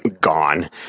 gone